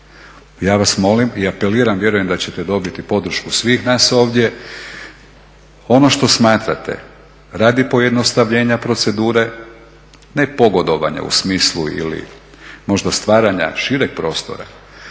Ja vas molim i apeliram, vjerujem da ćete dobiti podršku svih nas ovdje, ono što smatrate, radi pojednostavljenja procedure, ne pogodovanja u smislu ili možda stvaranja šireg prostora